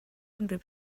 unrhyw